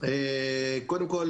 קודם כול,